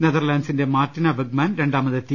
Netherland സിന്റെ Martina Wegman രണ്ടാമതെത്തി